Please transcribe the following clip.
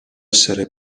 essere